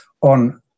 on